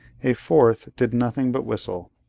a fourth did nothing but whistle.